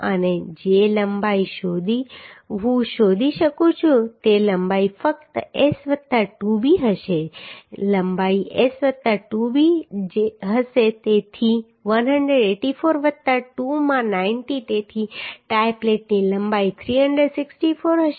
અને જે લંબાઈ હું શોધી શકું છું તે લંબાઈ ફક્ત S વત્તા 2b હશે લંબાઈ S વત્તા 2b હશે તેથી 184 વત્તા 2 માં 90 તેથી ટાઈ પ્લેટની લંબાઈ 364 હશે